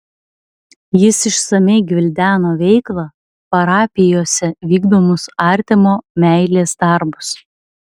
jis išsamiai gvildeno veiklą parapijose vykdomus artimo meilės darbus